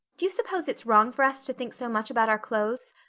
do you suppose it's wrong for us to think so much about our clothes?